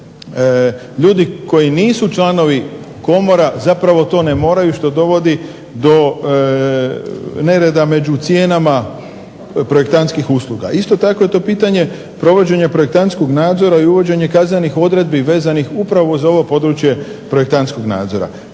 ljudi koji nisu članovi komora zapravo to ne moraju što dovodi do nereda među cijenama projektantskih usluga. Isto tako je to pitanje provođenja projektantskog nadzora i uvođenje kaznenih odredbi vezanih upravo za ovo područje projektantskog nadzora.